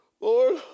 Lord